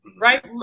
right